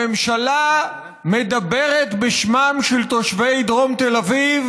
הממשלה מדברת בשמם של תושבי דרום תל אביב,